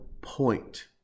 point